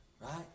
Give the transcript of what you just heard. Right